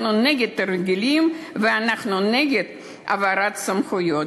אנחנו נגד תרגילים ואנחנו נגד העברת סמכויות,